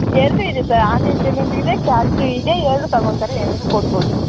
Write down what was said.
ಎರಡು ಇದೆ sir online payment ಇದೆ ಕ್ಯಾಶು ಇದೆ ಎರಡು ತಗೋತಾರೆ ಎರಡು ಕೊಡ್ಬೋದು